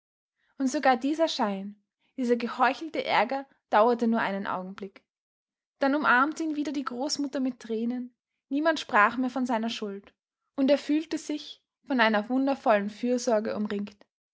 und sogar dieser schein dieser geheuchelte ärger dauerte nur einen augenblick dann umarmte ihn wieder die großmutter mit tränen niemand sprach mehr von seiner schuld und er fühlte sich von einer wundervollen fürsorge umringt